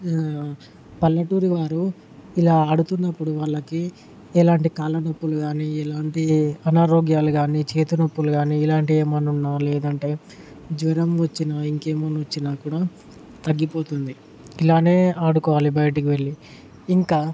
పల్లెటూరి వారు ఇలా ఆడుతున్నప్పుడు వాళ్లకి ఎలాంటి కాళ్ళు నొప్పులు కానీ ఎలాంటి అనారోగ్యలు గానీ చేతు నొప్పులు కానీ ఇలాంటివి ఏమన్నా ఉండటం లేదంటే జ్వరం వచ్చిన ఇంకేమన్నా వచ్చినా కూడా తగ్గిపోతుంది ఇలానే ఆడుకోవాలి బయటకువెళ్లి ఇంకా